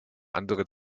andere